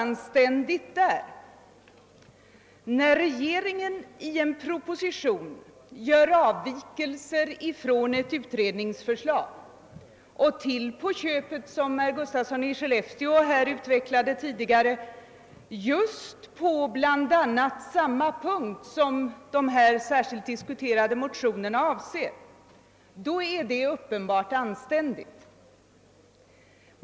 När regeringen i en proposition avviker från ett utredningsförslag — och till på köpet, som herr Gustafsson i Skellefteå tidigare utvecklat, bl.a. just beträffande det som behandlas i de här diskuterade motionerna är det uppenbarligen anständigt.